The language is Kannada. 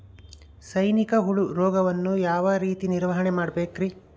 ಸೈನಿಕ ಹುಳು ರೋಗವನ್ನು ಯಾವ ರೇತಿ ನಿರ್ವಹಣೆ ಮಾಡಬೇಕ್ರಿ?